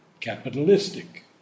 capitalistic